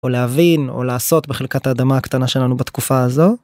או להבין או לעשות בחלקת האדמה הקטנה שלנו בתקופה הזו.